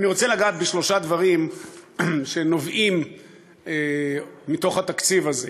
אני רוצה לגעת בשלושה דברים שנובעים מהתקציב הזה: